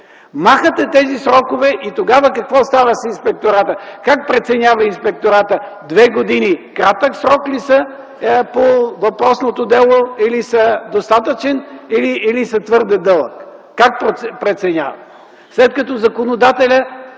Махате тези срокове и тогава какво става с Инспектората? Как преценява Инспекторатът – две години кратък срок ли са по въпросното дело или са достатъчен, или са твърде дълъг? Как преценява, след като законодателят